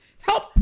help